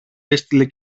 έστειλε